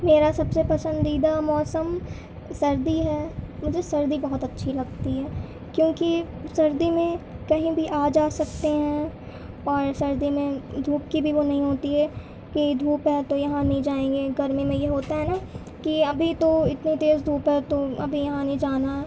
میرا سب سے پسندیدہ موسم سردی ہے مجھے سردی بہت اچّھی لگتی ہےکیونکہ سردی میں کہیں بھی آ جا سکتے ہیں اور سردی میں دھوپ کی بھی وہ نہیں ہوتی ہے کہ دھوپ ہے تو یہاں نہیں جائیں گے گرمی میں یہ ہوتا ہے نہ کہ ابھی تو اتنے تیز دھوپ ہے تو ابھی یہاں نہیں جانا